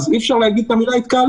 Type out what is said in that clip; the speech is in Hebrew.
אז אי אפשר להגיד את המילה התקהלות,